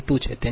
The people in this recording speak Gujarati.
82 છે